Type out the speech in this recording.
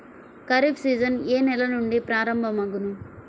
Kharif season ఏ నెల నుండి ప్రారంభం అగును?